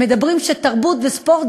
הם מדברים שתרבות וספורט,